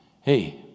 Hey